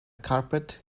carpet